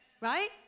Right